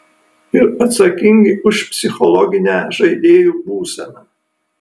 ir atsakingi už psichologinę žaidėjų būseną